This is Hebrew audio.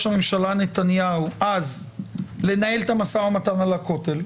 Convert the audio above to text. בזמנו על ידי ראש הממשלה נתניהו לניהול המשא ומתן על הכותל,